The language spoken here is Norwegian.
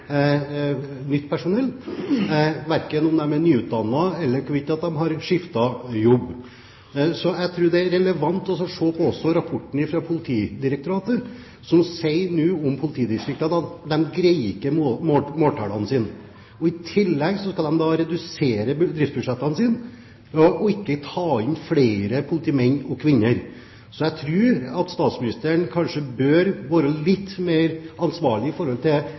nytt personell – verken om de er nyutdannet eller om de har skiftet jobb. Jeg tror også det er relevant å se på rapporten fra Politidirektoratet, som forteller at politidistriktene ikke klarer måltallene sine. Og i tillegg skal de redusere i driftsbudsjettene sine og ikke ta inn flere politimenn og -kvinner. Så jeg tror statsministeren kanskje burde være litt mer ansvarlig i forhold til den situasjonen som politimestrene signaliserer, også inn i storting og regjering. Det